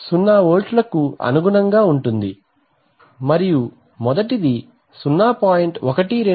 0 వోల్ట్లకు అనుగుణంగా ఉంటుంది మరియు మొదటిది 0